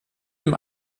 dem